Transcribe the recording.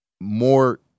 more